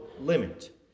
limit